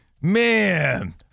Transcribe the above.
Man